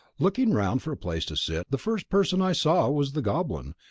looking round for a place to sit, the first person i saw was the goblin,